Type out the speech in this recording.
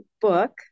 book